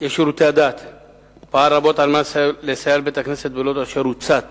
3. מה ייעשה כדי להתמודד עם אבטלה של כ-500 משפחות?